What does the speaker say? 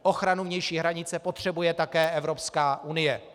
Ochranu vnější hranice potřebuje také Evropská unie.